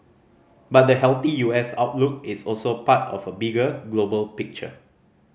but the healthy U S outlook is also part of a bigger global picture